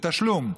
בתשלום.